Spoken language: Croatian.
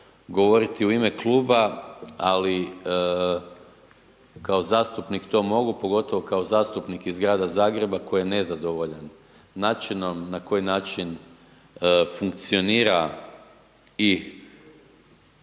ovo u ime kluba ali kao zastupnik to mogu, pogotovo kao zastupnik iz Grada Zagreba koji je nezadovoljan načinom, na koji način funkcionira i